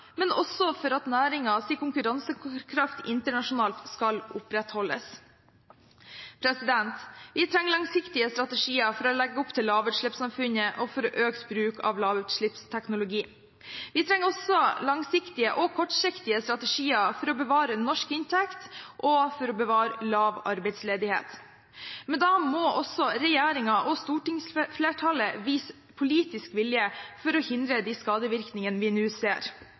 men også for at næringens konkurransekraft internasjonalt skal opprettholdes. Vi trenger langsiktige strategier for å legge opp til lavutslippssamfunnet og økt bruk av lavutslippsteknologi. Vi trenger også langsiktige og kortsiktige strategier for å bevare norsk inntekt og for å bevare lav arbeidsledighet. Men da må også regjeringen og stortingsflertallet vise politisk vilje til å hindre de skadevirkningene vi nå ser.